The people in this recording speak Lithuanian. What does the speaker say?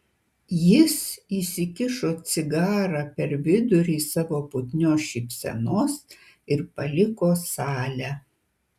jis įsikišo cigarą per vidurį savo putnios šypsenos ir paliko salę